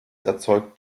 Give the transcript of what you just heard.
erzeugt